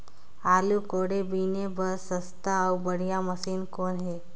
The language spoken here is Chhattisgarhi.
आलू कोड़े बीने बर सस्ता अउ बढ़िया कौन मशीन हे?